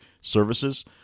services